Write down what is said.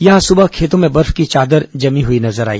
यहां सुबह खेतों में बर्फ की चादर जमी हई नजर आई